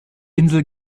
insel